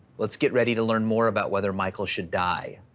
let's get ready to learn more about whether michael should die.